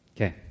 Okay